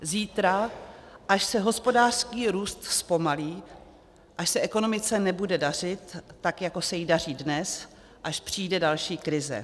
Zítra, až se hospodářský růst zpomalí, až se ekonomice nebude dařit, jako se jí daří dnes, až přijde další krize.